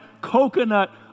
coconut